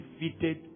defeated